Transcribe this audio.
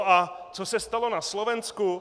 A co se stalo na Slovensku?